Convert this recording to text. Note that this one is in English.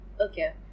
Okay